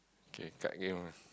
okay cut again with